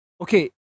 okay